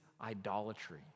idolatry